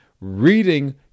reading